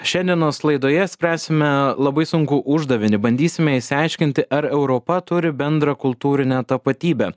šiandienos laidoje spręsime labai sunkų uždavinį bandysime išsiaiškinti ar europa turi bendrą kultūrinę tapatybę